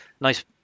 nice